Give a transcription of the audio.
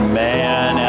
man